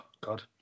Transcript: God